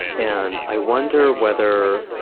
and i wonder whether,